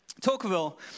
Tocqueville